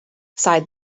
sighed